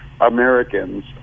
Americans